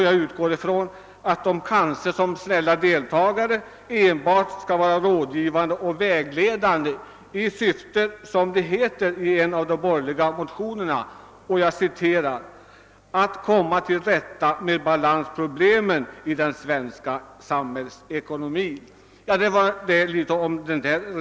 Jag utgår från att de som snälla deltagare enbart skall vara rådgivande och vägledande för att man — som det heter i en av de borgerliga motionerna — skall komma till rätta med balansproblemen i den svenska samhällsekonomin. — Detta var några ord om reservation 1.